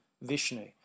Vishnu